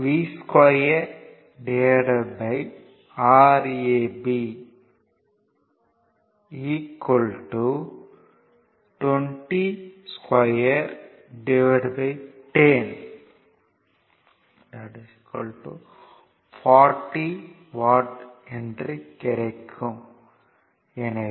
P V2 Rab 2 10 40 watt என்று கிடைக்கும்